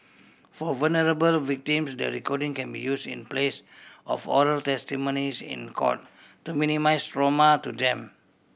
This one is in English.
for vulnerable victims the recording can be use in place of oral testimonies in court to minimise trauma to them